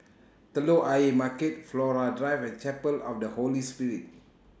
Telok Ayer Market Flora Drive and Chapel of The Holy Spirit